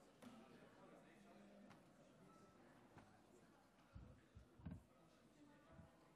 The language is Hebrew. השנה היחידים שניסו להבעיר את ישראל הם ביבי ומפעל ההסתה שלו.